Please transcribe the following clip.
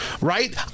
Right